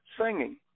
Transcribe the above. singing